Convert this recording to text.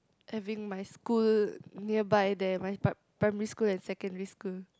having my school nearby there my pri~ primary school and secondary school